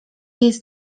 jest